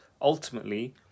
ultimately